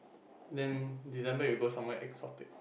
then December you go somewhere exotic